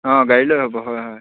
অঁ গাড়ীলৈ হ'ব হয় হয়